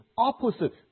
opposite